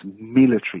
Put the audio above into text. military